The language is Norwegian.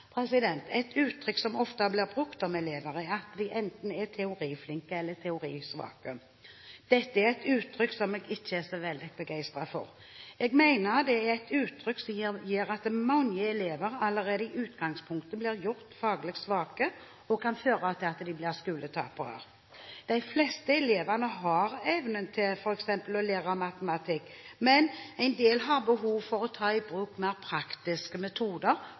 Et uttrykk som ofte blir brukt om elever, er at de er enten teoriflinke eller teorisvake. Dette er et uttrykk som jeg ikke er så veldig begeistret for. Jeg mener det er et uttrykk som gjør at mange elever allerede i utgangspunktet blir gjort faglig svake, og som kan føre til at de blir skoletapere. De fleste elever har evnen til f.eks. å lære matematikk, men en del har behov for å ta i bruk mer praktiske metoder